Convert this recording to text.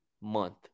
month